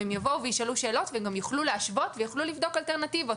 והם יבואו וישאלו שאלות וגם יוכלו להשוות ויוכלו לבדוק אלטרנטיבות.